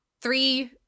three